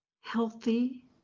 healthy